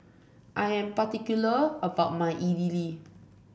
I am particular about my Idili